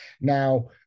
Now